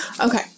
Okay